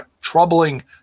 troubling